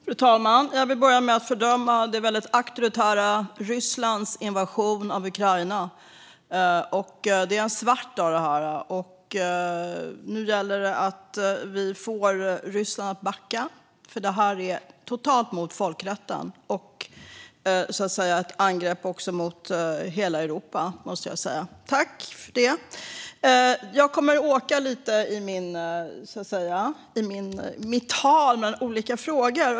Fru talman! Jag vill börja med att fördöma det väldigt auktoritära Rysslands invasion av Ukraina. Det är en svart dag, det här. Nu gäller det att vi får Ryssland att backa, för det här är totalt mot folkrätten och ett angrepp på hela Europa. Jag kommer att åka lite mellan olika frågor i mitt anförande.